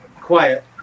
quiet